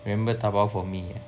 remember 打包 for me ah